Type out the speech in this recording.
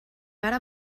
ara